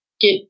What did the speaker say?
get